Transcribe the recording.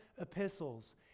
epistles